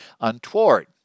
untoward